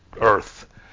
earth